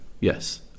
yes